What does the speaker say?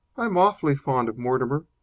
i am awfully fond of mortimer.